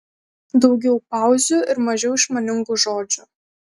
daugiau pauzių ir mažiau išmaningų žodžių